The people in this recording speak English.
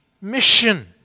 mission